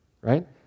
right